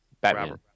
Batman